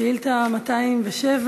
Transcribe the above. שאילתה 207,